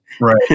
Right